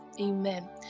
amen